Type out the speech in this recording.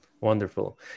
Wonderful